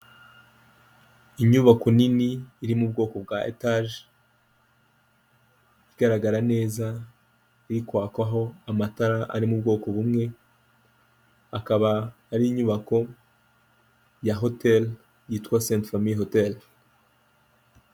Inyubako nini iri mu bwoko bwa etage, igaragara neza iri kwakaho amatara ari mu bwoko bumwe, akaba ari inyubako ya hoteli yitwa sete famiye hoteli.